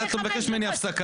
אני יכול לבקש ממך לענות.